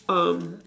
um